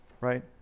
right